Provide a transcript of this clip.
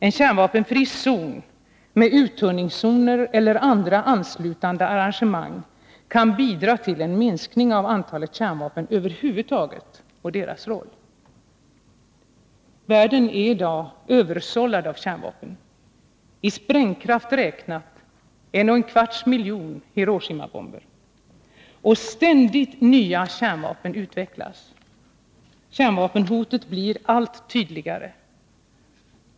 En kärnvapenfri zon med uttunningszoner eller andra anslutande arrangemang kan bidra till en minskning av antalet kärnvapen över huvud taget och deras roll. Världen är i dag översållad av kärnvapen —i sprängkraft räknat 1 1/4 miljon Hiroshimabomber. Och ständigt nya kärnvapen utvecklas. Kärnvapenhotet blir allt tydligare.